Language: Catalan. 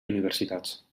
universitats